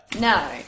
No